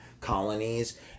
colonies